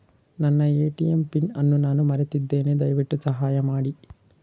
ನನ್ನ ATM pin ಅನ್ನು ನಾನು ಮರೆತಿದ್ದೇನೆ, ದಯವಿಟ್ಟು ಸಹಾಯ ಮಾಡಿ